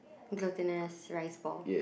glutinous rice ball